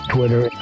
Twitter